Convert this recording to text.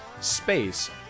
space